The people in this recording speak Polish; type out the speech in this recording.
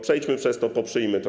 Przejdźmy przez to, poprzyjmy to.